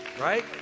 Right